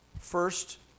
First